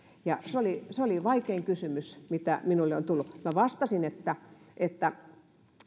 se oli se oli vaikein kysymys mitä minulle on tullut minä vastasin että että